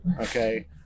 okay